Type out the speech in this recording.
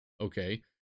Okay